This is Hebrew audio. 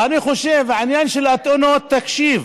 ואני חושב, בעניין של התאונות, תקשיב,